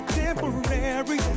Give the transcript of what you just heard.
temporary